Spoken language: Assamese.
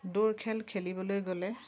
দৌৰ খেল খেলিবলৈ গ'লে